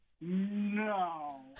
No